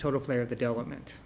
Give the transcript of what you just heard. total player of the development